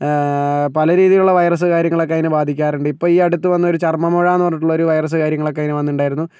പല രീതിയിലുള്ള വൈറസ് കാര്യങ്ങളൊക്കേ അതിനെ ബാധിക്കാറുണ്ട് ഇപ്പോൾ ഈ അടുത്ത് വന്ന ഒരു ചർമ്മമുഴ എന്നുപറഞ്ഞിട്ടുള്ള ഒരു വൈറസ് കാര്യങ്ങളൊക്കേ അതിന് വന്നിട്ടുണ്ടായിരുന്നു